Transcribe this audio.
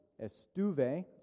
estuve